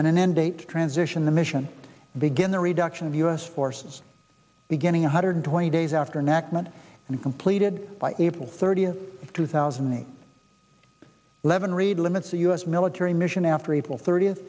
an end date to transition the mission begin the reduction of u s forces beginning a hundred twenty days after next month and completed by april thirtieth two thousand and eleven reid limits the u s military mission after april thirtieth